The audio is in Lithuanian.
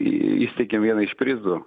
įsteigėm vieną iš prizų